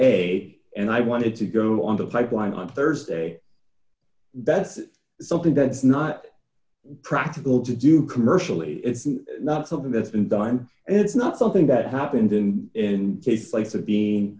a and i wanted to go on the pipeline on thursday that's something that's not practical to do commercially it's not something that's been done and it's not something that happened in in case place to be